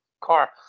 car